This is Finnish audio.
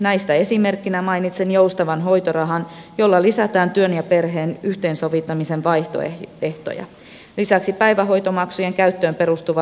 näistä esimerkkinä mainitsen joustavan hoitorahan jolla lisätään työn ja perheen yhteensovittamisen vaihtoehtoja lisäksi on päivähoitomaksujen käyttöön perustuva laskutus